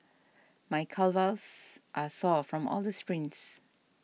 my calves are sore from all the sprints